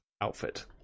outfit